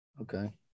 Okay